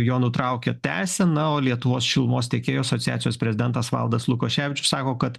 jo nutraukę tęsia na o lietuvos šilumos tiekėjų asociacijos prezidentas valdas lukoševičius sako kad